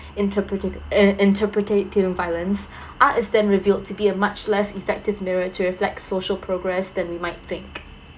interpreti~ uh interpreting violence art is then revealed to be a much less effective mirror to reflect social progress than we might think